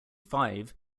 five